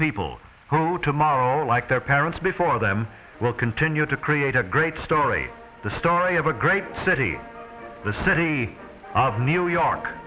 people who tomorrow like their parents before them will continue to create a great story the story of a great city the city of new york